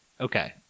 Okay